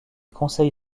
conseil